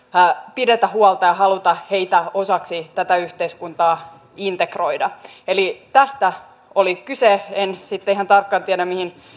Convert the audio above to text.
pidetä huolta ja haluta heitä osaksi tätä yhteiskuntaa integroida eli tästä oli kyse en sitten ihan tarkkaan tiedä mihin